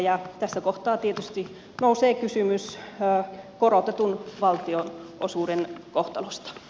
ja tässä kohtaa tietysti nousee kysymys korotetun valtionosuuden kohtalosta